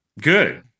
good